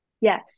Yes